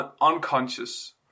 unconscious